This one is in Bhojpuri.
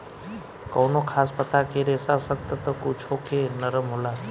कवनो खास पता के रेसा सख्त त कुछो के नरम होला